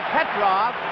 Petrov